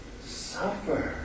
suffer